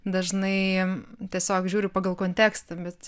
dažnai tiesiog žiūriu pagal kontekstą bet